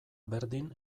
berdin